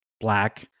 black